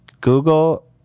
Google